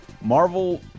Marvel